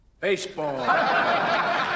Baseball